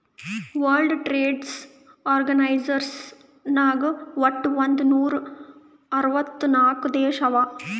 world trade organisation ನಾಗ್ ವಟ್ ಒಂದ್ ನೂರಾ ಅರ್ವತ್ ನಾಕ್ ದೇಶ ಅವಾ